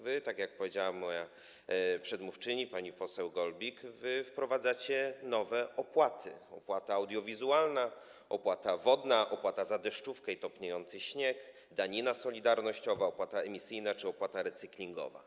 Wy, jak powiedziała moja przedmówczyni pani poseł Golbik, wprowadzacie nowe opłaty: to opłata audiowizualna, opłata wodna, opłata za deszczówkę i topniejący śnieg, danina solidarnościowa, opłata emisyjna czy opłata recyklingowa.